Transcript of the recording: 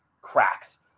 cracks